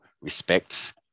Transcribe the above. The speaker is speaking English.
respects